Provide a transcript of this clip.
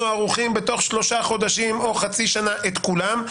ערוכים בתוך שלושה חודשים או חצי שנה את כולם.